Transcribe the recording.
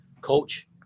Coach